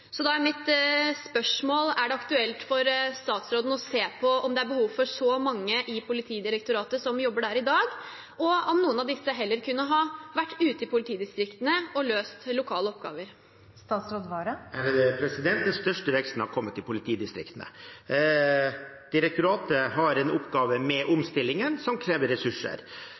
Da er mitt spørsmål: Er det aktuelt for statsråden å se på om det er behov for så mange i Politidirektoratet som jobber der i dag, og om noen av disse heller kunne ha vært ute i politidistriktene og løst lokale oppgaver? Den største veksten har kommet i politidistriktene. Direktoratet har en oppgave med omstillingen som krever ressurser.